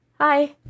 Hi